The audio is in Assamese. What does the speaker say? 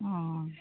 অঁ